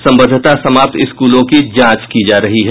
संबद्धता समाप्त स्कूलों की जांच की जा रही है